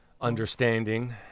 understanding